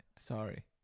Sorry